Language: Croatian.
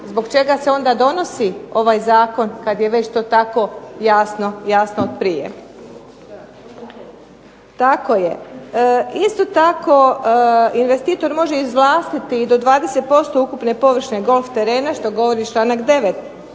zbog čega se onda donosi ovaj zakon kada je to tako već jasno od prije. Isto tako investitor može izvlastiti i do 20% ukupne površine golf terena što govori članak 9.